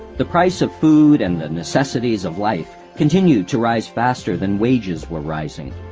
the price of food and the necessities of life continued to rise faster than wages were rising.